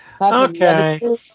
Okay